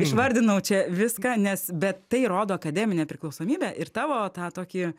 išvardinau čia viską nes bet tai rodo akademinę priklausomybę ir tavo tą tokį